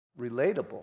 relatable